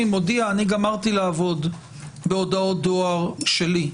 מודיע: אני גמרתי לעבוד בהודעות דואר שלי,